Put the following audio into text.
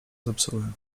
zepsuły